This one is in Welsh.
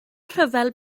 rhyfel